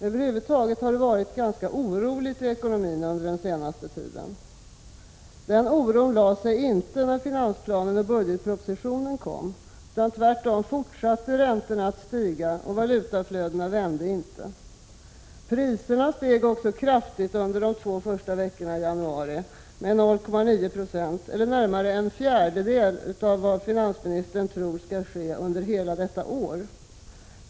Över huvud taget har det varit ganska oroligt i ekonomin under den senaste tiden. Den oron lade sig inte när finansplanen och budgetpropositionen kom. Tvärtom fortsatte räntorna att stiga, och valutaflödena vände inte. Priserna steg också kraftigt under de två första veckorna i januari, med 0,9 96 eller närmare en fjärdedel av vad finansministern tror att prisstegringen skall bli under hela detta år.